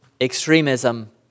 extremism